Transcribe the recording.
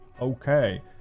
Okay